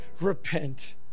repent